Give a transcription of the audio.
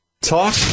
Talk